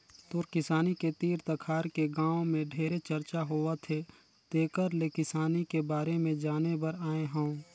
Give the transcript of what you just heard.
तोर किसानी के तीर तखार के गांव में ढेरे चरचा होवथे तेकर ले किसानी के बारे में जाने बर आये हंव